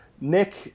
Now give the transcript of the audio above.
Nick